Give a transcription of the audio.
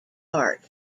art